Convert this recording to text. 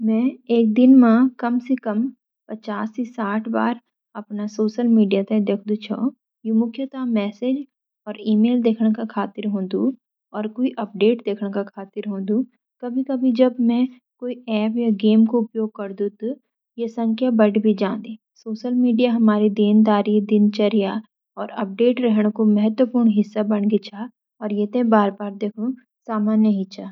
मैं एक दिन मा कम सी कम पचास सी साठ बार अपना सोशल मीडिया ते देखदू छ। यू मुख्यत मैसेज और ईमेल देखन का खातिर होंदु। आर कोई अपडेट देखन का खातिर हों दु। कभी कभी जब मैं कुई ऐप या गेम कु उपयोग करदू तब या संख्या बढ़ी जांदी। सोशल मीडिया हमारी देनदारी दिनचर्या कु महत्वपूर्ण हिस्सा बन गी छा और ये ते बार बार देखनु सामान्य छा।